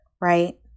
right